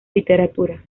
literatura